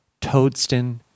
Toadston